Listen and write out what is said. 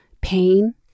pain